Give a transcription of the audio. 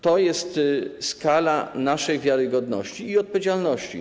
To jest skala naszej wiarygodności i odpowiedzialności.